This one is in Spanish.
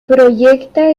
proyecta